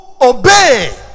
obey